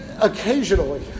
Occasionally